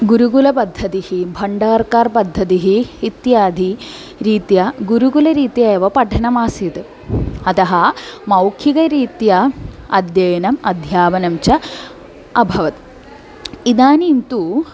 गुरुकुलपद्धतिः भण्डार्कार् पद्धतिः इत्यादि रीत्या गुरुकुलरीत्या एव पठनमासीत् अतः मौखिकरीत्या अध्य यनम् अध्यापनं च अभवत् इदानीन्तु